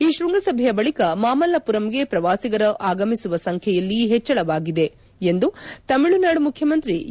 ಈ ಕೃಂಗ ಸಭೆಯ ಬಳಿಕ ಮಾಮಲ್ಲಪುರಂಗೆ ಪ್ರವಾಸಿಗರು ಆಗಮಿಸುವ ಸಂಬ್ಡೆಯಲ್ಲಿ ಹೆಚ್ಚಳವಾಗಿದೆ ಎಂದು ತಮಿಳುನಾಡು ಮುಖ್ಚಮಂತ್ರಿ ಇ